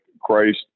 Christ